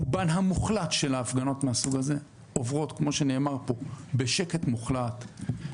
רובן המוחלט של ההפגנות מהסוג הזה עוברות בשקט מוחלט כמו שנאמר פה,